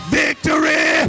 victory